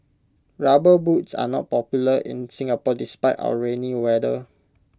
rubber boots are not popular in Singapore despite our rainy weather